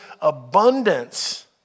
abundance